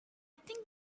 think